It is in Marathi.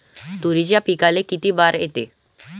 तुरीच्या पिकाले किती बार येते?